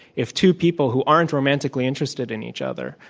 if two people who aren't romantically interested in each other,